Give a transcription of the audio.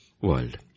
world